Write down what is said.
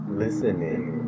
listening